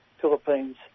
Philippines